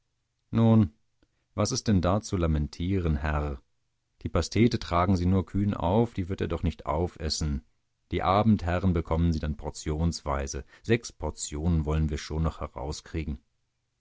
nun was ist denn da zu lamentieren herr die pastete tragen sie nur kühn auf die wird er doch nicht aufessen die abendherren bekommen sie dann portionenweise sechs portionen wollen wir schon noch herauskriegen